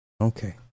Okay